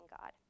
God